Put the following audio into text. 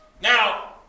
Now